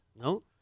No